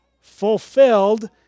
fulfilled